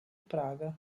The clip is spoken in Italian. praga